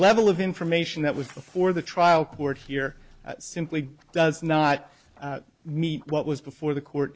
level of information that was before the trial court here simply does not meet what was before the court